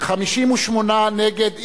58 נגד,